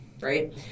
right